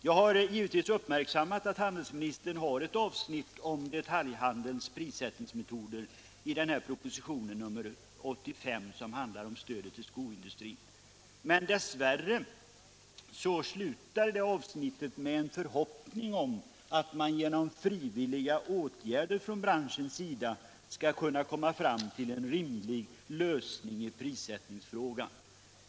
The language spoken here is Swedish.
Jag har givetvis uppmärksammat att handelsministern har tagit in ett avsnitt om detaljhandelns prissättningsmetoder i propositionen 85, som handlar om stödet till skoindustrin, men dess värre slutar det avsnittet med en förhoppning om att man genom frivilliga åtgärder inom branschen skall kunna komma fram till en rimlig lösning i prissättningsfrågan.